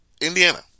Indiana